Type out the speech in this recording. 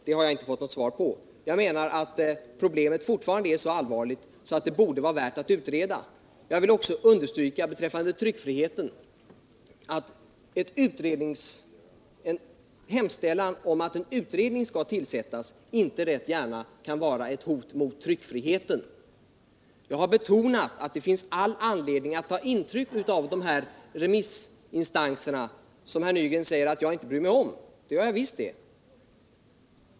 Det har jag inte fått något svar på. Jag menar att problemet fortfarande är så allvarligt att det borde vara värt att utreda. Jag vill beträffande tryckfriheten understryka att en hemställan om att en utredning skall tillsättas inte gärna kan vara ett hot mot tryckfriheten. Jag har betonat att det finns all anledning att ta intryck av de här remissinstanserna som herr Nygren säger att jag inte bryr mig om. Det gör jag visst!